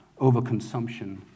overconsumption